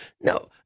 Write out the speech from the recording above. No